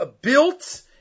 built